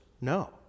no